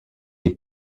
est